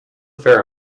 fair